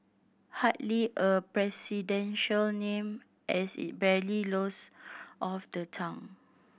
hardly a presidential name as it barely rolls off the tongue